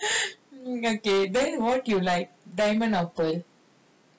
okay then what you like diamond or pearl